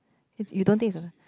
it's you don't think it's a